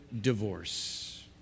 divorce